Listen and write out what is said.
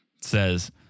says